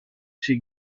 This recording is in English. she